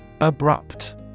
Abrupt